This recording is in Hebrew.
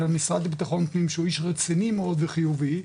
המשרד לביטחון פנים שהוא איש רציני מאוד וחיובי,